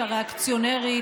הריאקציונרית,